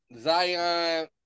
Zion